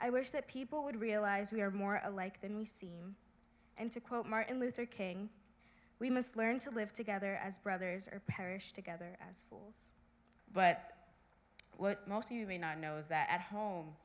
i wish that people would realize we are more alike than we seem and to quote martin luther king we must learn to live together as brothers or perish together but what most you may not know is that at home